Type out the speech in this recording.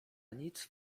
nic